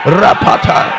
rapata